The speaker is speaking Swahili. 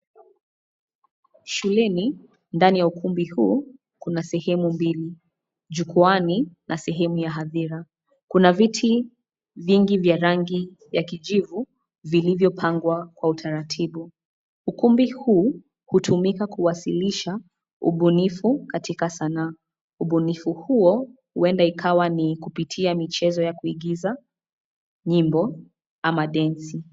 Shuleni ndani ya ukumbi huu kuna sehemu mbili, jukwaani na sehemu ya hadhira. Kuna viti vingi vya rangi ya kijivu vilivyopangwa kwa utaratibu. Ukumbi huu hutumika kuwasilisha ubunifu katika sanaa. Ubunifu huo huenda ikawa ni kupitia michezo ya kuigiza, nyimbo ama densi.